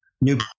new